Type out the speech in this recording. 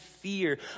fear